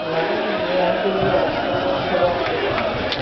madam وہاں کے لیے آپ کو ایک ہزار روپئے دینے ہوں گے اب